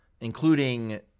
including